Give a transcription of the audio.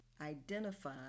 identify